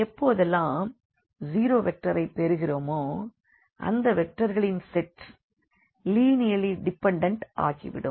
எப்போதெல்லாம் ஜீரோ வெக்டரைப் பெறுகிறோமோ அந்த வெக்டர்களின் செட் லீனியர்லி டிபெண்டன்ட் ஆகி விடும்